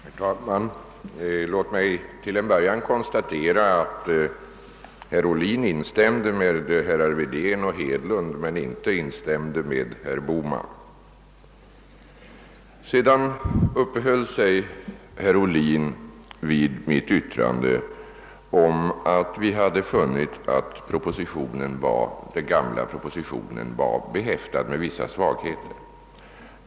Herr talman! Låt mig till en början konstatera att herr Ohlin instämde med herrar Wedén och Hedlund men inte med herr Bohman! I övrigt uppehöll sig herr Ohlin vid mitt yttrande att vi hade funnit att den gamla propositionen var behäftad med vissa svagheter.